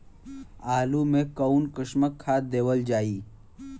आलू मे कऊन कसमक खाद देवल जाई?